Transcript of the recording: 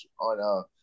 on